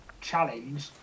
challenge